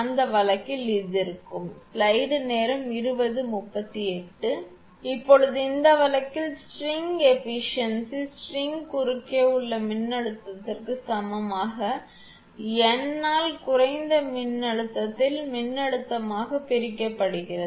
அந்த வழக்கில் அது இருக்கும் எனவே இப்போது இந்த வழக்கில் ஸ்ட்ரிங் ஏபிசியன்சி ஸ்ட்ரிங்ன் குறுக்கே உள்ள மின்னழுத்தத்திற்கு சமமாக n ஆல் குறைந்த மின்னழுத்தத்தில் மின்னழுத்தமாகப் பிரிக்கப்படுகிறது